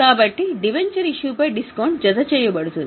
కాబట్టి డిబెంచర్ ఇష్యూపై డిస్కౌంట్ జతచేయబడుతుంది